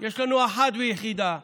יש לנו אחת ויחידה.